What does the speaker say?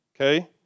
okay